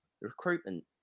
Recruitment